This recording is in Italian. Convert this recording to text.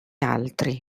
altri